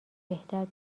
بهتر